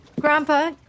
Grandpa